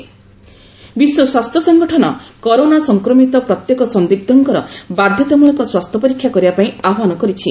corona ହୁ testing ବିଶ୍ୱ ସ୍ୱାସ୍ଥ୍ୟ ସଂଗଠନ କରୋନା ସଂକ୍ରମିତ ପ୍ରତ୍ୟେକ ସନ୍ଦିଗ୍ମଙ୍କର ମାଧ୍ୟତାମୂଳକ ସ୍ୱାସ୍ଥ୍ୟ ପରୀକ୍ଷା କରିବା ପାଇଁ ଆହ୍ୱାନ କରିଛି